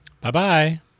Bye-bye